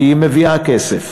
כי היא מביאה כסף.